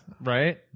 right